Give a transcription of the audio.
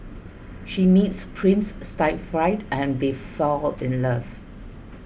she meets Prince Siegfried and they fall in love